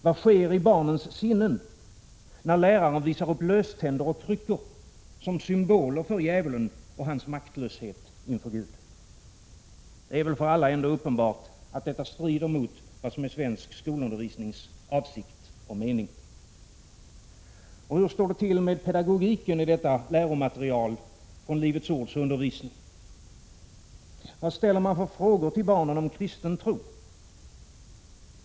Vad sker i barnens sinnen när läraren visar upp löständer och kryckor som symboler för djävulen och hans maktlöshet inför Gud? Det är för alla uppenbart att detta strider mot vad som är svensk skolundervisnings avsikt och mening. Hur står det till med pedagogiken i detta läromaterial från Livets ord? Vad ställer man för frågor till barn om den kristna tron?